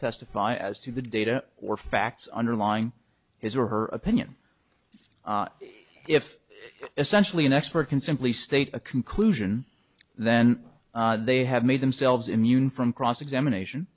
testify as to the data or facts underlying his or her opinion if essentially an expert can simply state a conclusion then they have made themselves immune from cross examination